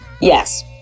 Yes